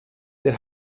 der